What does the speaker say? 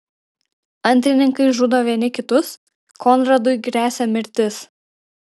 antrininkai žudo vieni kitus konradui gresia mirtis